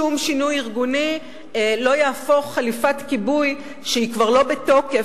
שום שינוי ארגוני לא יהפוך חליפת כיבוי שהיא כבר לא בתוקף,